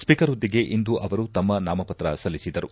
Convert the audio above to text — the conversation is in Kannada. ಸ್ವೀಕರ್ ಹುದ್ದೆಗೆ ಇಂದು ಅವರು ತಮ್ನ ನಾಮಪತ್ರ ಸಲ್ಲಿಸಿದರು